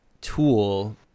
tool